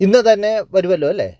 ഇന്നുതന്നെ വരുമല്ലോ അല്ലേ